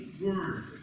Word